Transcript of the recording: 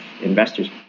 investors